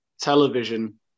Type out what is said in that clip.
television